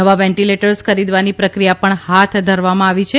નવા વેન્ટીલેટર્સ ખરીદવાની પ્રક્રિયા પણ હાથ ધરવામાં આવી છે